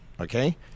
Okay